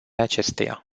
acesteia